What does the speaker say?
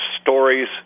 stories